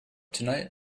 tonight